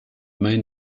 main